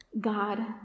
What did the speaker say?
God